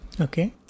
Okay